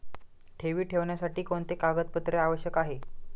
ठेवी ठेवण्यासाठी कोणते कागदपत्रे आवश्यक आहे?